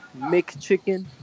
McChicken